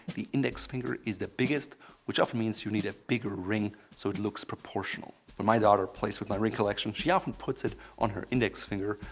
the index finger is the biggest which often means you need a bigger ring so it looks proportional when but my daughter plays with my ring collection, she often puts it on her index finger,